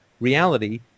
reality